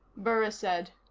burris said.